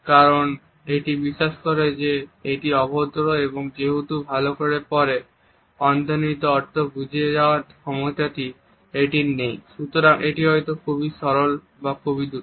কারণ এটি বিশ্বাস করে যে এটি অভদ্র এবং যেহেতু ভাল করে পড়ে অন্তর্নিহিত অর্থ বুঝে নেওয়ার ক্ষমতা এটির নেই সুতরাং এটি হয়তো খুবই সরল বা খুবই দ্রুত